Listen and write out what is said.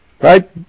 Right